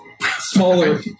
smaller